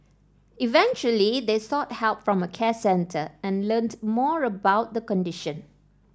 eventually they sought help from a care centre and learnt more about the condition